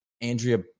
Andrea